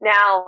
Now